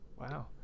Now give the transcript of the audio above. Wow